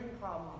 problem